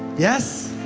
yes?